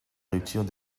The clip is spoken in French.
rupture